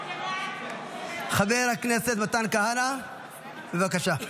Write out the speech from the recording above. חבר הכנסת מתן כהנא, בבקשה.